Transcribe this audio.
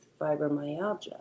fibromyalgia